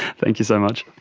thank you so much.